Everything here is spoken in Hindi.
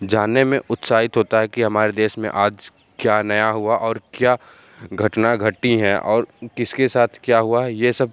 जानने में उत्साहित होता है कि हमारे देश में आज क्या नया हुआ और क्या घटना घटी है और किसके साथ क्या हुआ ये सब